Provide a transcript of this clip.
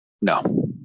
no